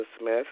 Smith